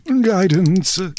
Guidance